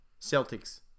Celtics